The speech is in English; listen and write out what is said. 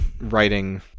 writing